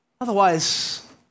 Otherwise